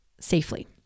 safely